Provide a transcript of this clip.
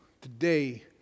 today